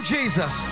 Jesus